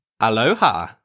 Aloha